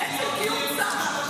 לעצם קיום צה"ל, מתי יש, לייעוץ משפטי?